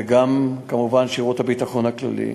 וכמובן שירות הביטחון הכללי.